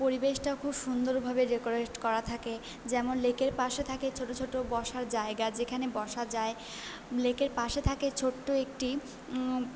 পরিবেশটা খুব সুন্দরভাবে ডেকরেট করা থাকে যেমন লেকের পাশে থাকে ছোটো ছোটো বসার জায়গা যেখানে বসা যায় লেকের পাশে থাকে ছোট্ট একটি